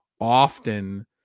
often